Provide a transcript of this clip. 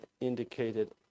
indicated